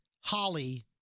Holly